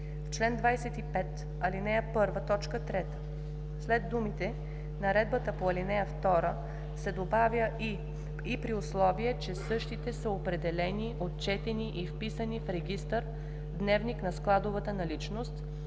В чл. 25, ал. 1, т. 3 след думите „наредбата по ал. 2“ се добавя „и при условие че същите са определени, отчетени и вписани в регистър „Дневник на складовата наличност“